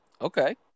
Okay